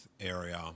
area